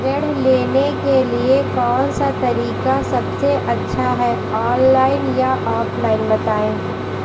ऋण लेने के लिए कौन सा तरीका सबसे अच्छा है ऑनलाइन या ऑफलाइन बताएँ?